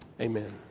Amen